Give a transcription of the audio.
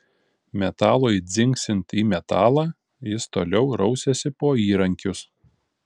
metalui dzingsint į metalą jis toliau rausėsi po įrankius